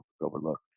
overlook